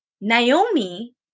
Naomi